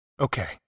Okay